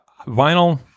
Vinyl